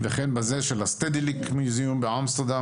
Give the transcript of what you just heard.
וכן בזה של הסטדלייק מוזיאון באמסטרדם